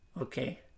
okay